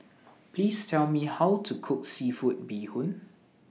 Please Tell Me How to Cook Seafood Bee Hoon